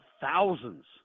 thousands